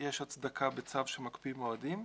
יש הצדקה בצו במקפיא מועדים.